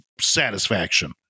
satisfaction